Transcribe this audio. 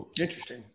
Interesting